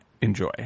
enjoy